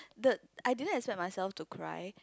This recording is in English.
the I didn't expect myself to cry